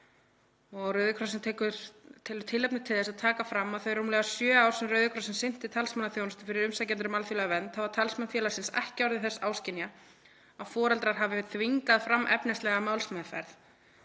stöðu sinnar. Þá er tilefni til að taka fram að þau rúmlega sjö ár sem Rauði krossinn sinnti talsmannaþjónustu fyrir umsækjendur um alþjóðlega vernd hafa talsmenn félagsins ekki orðið þess áskynja að foreldrar hafi „þvingað fram efnislega málsmeðferð“